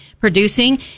producing